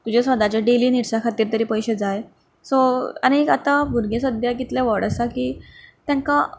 तुजे सदांचे डेली निड्सा खातीर तरी पयशें जाय सो आनीक आतां भुरगें सद्याक इतलें व्हड आसा की तेंका